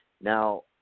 Now